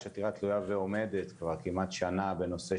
יש עתירה תלויה ועומדת כבר כמעט שנה בנושא